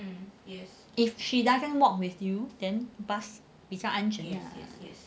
if she doesn't walk with you then bus 比较安全 ah